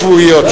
לא שבועיות.